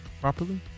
Properly